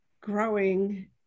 growing